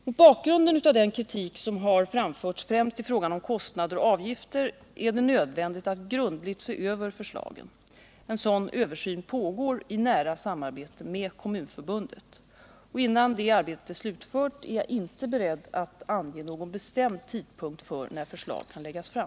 Mot bakgrund av den kritik som har framförts, främst i fråga om kostnader och avgifter, är det nödvändigt att grundligt se över förslagen. En sådan översyn pågår i nära samarbete med Kommunförbundet. Innan detta arbete är slutfört är jag inte beredd att ange någon bestämd tidpunkt när förslag kan läggas fram.